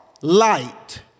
light